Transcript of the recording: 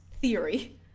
theory